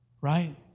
Right